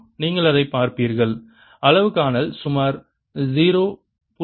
நீங்கள் அதைப் பார்ப்பீர்கள் அளவு காணல் சுமார் 0